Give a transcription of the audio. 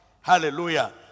Hallelujah